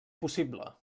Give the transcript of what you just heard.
possible